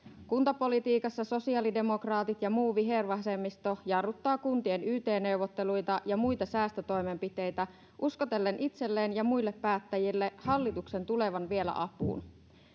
kuntapolitiikassa sosiaalidemokraatit ja muu vihervasemmisto jarruttavat kuntien yt neuvotteluita ja muita säästötoimenpiteitä uskotellen itselleen ja muille päättäjille hallituksen tulevan vielä apuun